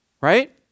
right